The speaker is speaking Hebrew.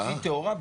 ישראל טהורה?